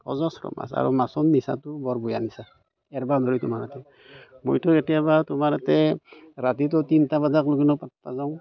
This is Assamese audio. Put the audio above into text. অজস্ৰ মাছ আৰু মাছৰ নিচাটোও বৰ বেয়া নিচা এৰিবই নোৱাৰি তোমাৰ এইটো মইতো কেতিয়াবা তোমাৰ তাতে ৰাতিতো তিনিটা বজালৈকেতো নাযাওঁ